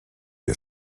wir